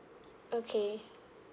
okay